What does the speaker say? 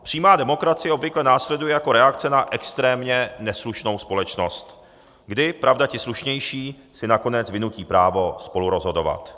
Přímá demokracie obvykle následuje jako reakce na extrémně neslušnou společnost, kdy, pravda, ti slušnější si nakonec vynutí právo spolurozhodovat.